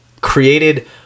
created